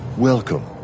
Welcome